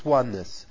oneness